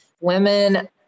women